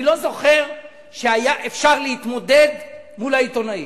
אני לא זוכר שהיה אפשר להתמודד מול העיתונאים.